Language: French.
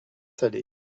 salée